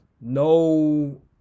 no